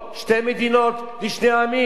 שתי מדינות לשני עמים,